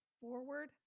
forward